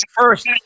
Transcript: first